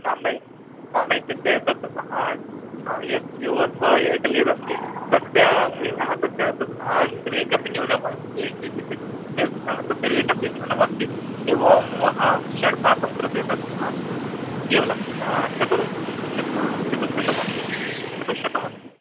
नाम्ना नाम्ना इत्युक्ते तत् हा यद् जियो अथ्वा एर्टेल् यदस्ति तस्य हा तस्य तद् हा रेञ्ज् अपि न्यूनं रेञ्ज् इत्युक्ते तत् तस्य रेट् अपि न्यूनमस्ति एवं हा षण्मासं कृते तद् हा केवलं चतुर् चत् चतुश्शतमिति चतुशशतमस्ति